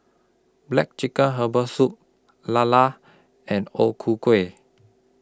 Black Chicken Herbal Soup Lala and O Ku Kueh